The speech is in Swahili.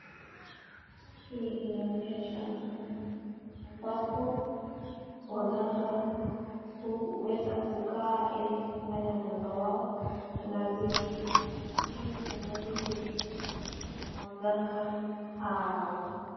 Picha hii inaonesha mahali ambapo, waganga huweza kukaa ilikufanyia uganga wao, kuna vitu vingi ambavyo hutumiwa na waganga hao.